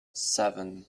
seven